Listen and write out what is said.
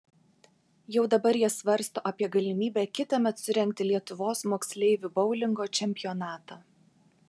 jau dabar jie svarsto apie galimybę kitąmet surengti lietuvos moksleivių boulingo čempionatą